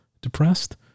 depressed